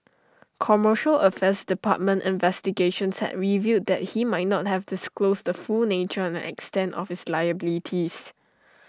commercial affairs department investigations had revealed that he might not have disclosed the full nature and extent of his liabilities